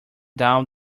down